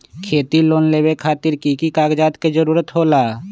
खेती लोन लेबे खातिर की की कागजात के जरूरत होला?